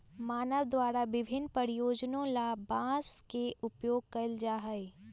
मानव द्वारा विभिन्न प्रयोजनों ला बांस के उपयोग कइल जा हई